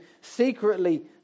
secretly